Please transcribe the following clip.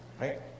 Right